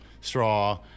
straw